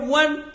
one